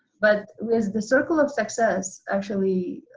but with the circle of success, actually,